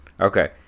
Okay